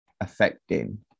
affecting